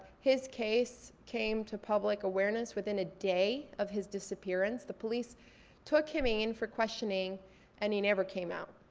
his case came to public awareness within a day of his disappearance. the police took him in for questioning and he never came out.